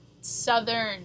southern